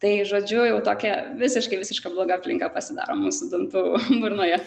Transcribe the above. tai žodžiu jau tokia visiškai visiškai bloga aplinka pasidaro mūsų dantų burnoje